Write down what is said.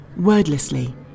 wordlessly